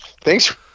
Thanks